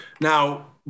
now